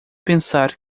pensar